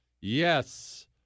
Yes